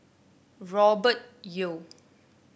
Robert Yeo